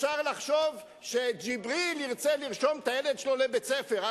אפשר לחשוב שג'יבריל ירצה לרשום את הילד שלו לבית-הספר.